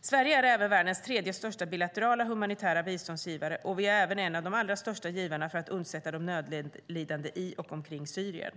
Sverige är även världens tredje största bilaterala humanitära biståndsgivare, och vi är även en av de allra största givarna för att undsätta de nödlidande i och omkring Syrien.